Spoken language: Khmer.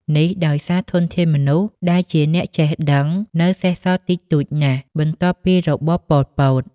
នេះដោយសារធនធានមនុស្សដែលជាអ្នកចេះដឹងនៅសេសសល់តិចតួចណាស់បន្ទាប់ពីរបបប៉ុលពត។